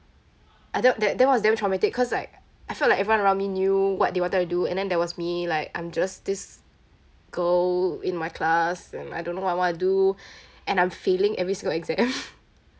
I don~ that was damn traumatic cause like I felt like I felt like everyone around me knew what they wanted to do and then there was me like I'm just this girl in my class and I don't know what I want to do and I'm failing every single exam